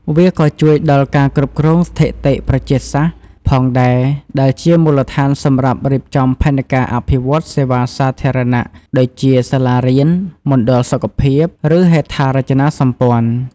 វាក៏ជួយដល់ ការគ្រប់គ្រងស្ថិតិប្រជាសាស្ត្រ ផងដែរ ដែលជាមូលដ្ឋានសម្រាប់រៀបចំផែនការអភិវឌ្ឍន៍សេវាសាធារណៈដូចជា សាលារៀន មណ្ឌលសុខភាព ឬហេដ្ឋារចនាសម្ព័ន្ធ។